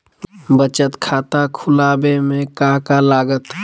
बचत खाता खुला बे में का का लागत?